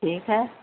ٹھیک ہے